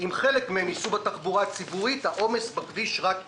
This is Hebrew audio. אם חלק מהם ייסעו בתחבורה הציבורית העומס בכביש רק ירד,